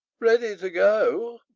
ready to go,